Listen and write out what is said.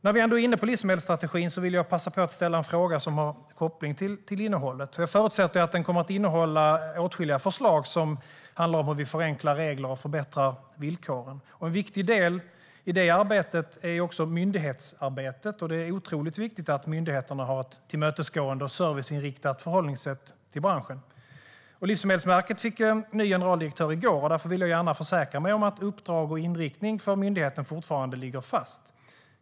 När vi ändå är inne på livsmedelsstrategin vill jag passa på att ställa en fråga som har koppling till innehållet. Jag förutsätter att strategin kommer att innehålla åtskilliga förslag som handlar om hur vi kan förenkla regler och förbättra villkoren. En viktig del i detta arbete är myndighetsarbetet, och det är otroligt viktigt att myndigheterna har ett tillmötesgående och serviceinriktat förhållningssätt till branschen. Livsmedelsverket fick ju en ny generaldirektör i går, och jag vill gärna försäkra mig om att uppdrag och inriktning för myndigheten fortfarande ligger fast.